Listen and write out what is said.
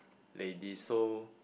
lady so